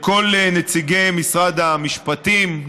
לכל נציגי משרד המשפטים,